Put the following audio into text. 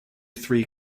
three